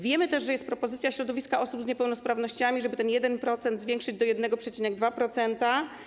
Wiemy też, że jest propozycja środowiska osób z niepełnosprawnościami, żeby ten 1% zwiększyć do 1,2%.